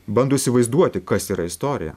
bando įsivaizduoti kas yra istorija